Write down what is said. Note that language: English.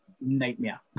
Nightmare